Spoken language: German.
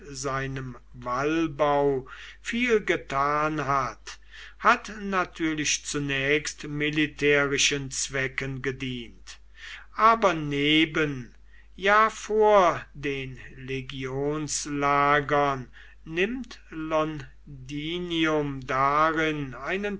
seinem wallbau viel getan hat hat natürlich zunächst militärischen zwecken gedient aber neben ja vor den legionslagern nimmt londinium darin einen